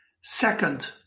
second